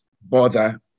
bother